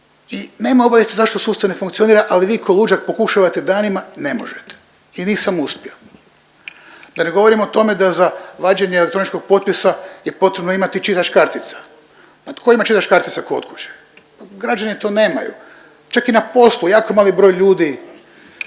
i nema obavijesti zašto sustav ne funkcionira, ali vi k'o luđak pokušavate danima, ne možete i nisam uspio. Da ne govorim o tome da za vađenje elektroničkog potpisa je potrebno imati čitač kartica. Pa tko ima čitač kartica kod kuće? Građani to nemaju. Čak i na poslu, jako mali broj ljudi,